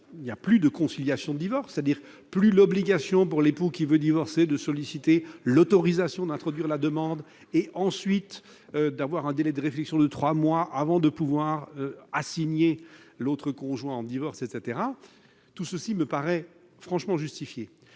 dans la procédure de divorce, c'est-à-dire l'obligation, pour l'époux qui veut divorcer, de solliciter l'autorisation d'introduire la demande et de respecter, ensuite, un délai de réflexion de trois mois avant de pouvoir assigner l'autre conjoint en divorce- tout cela me semble franchement justifié.